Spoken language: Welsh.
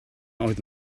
oedd